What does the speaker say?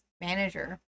manager